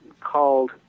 called